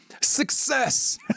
Success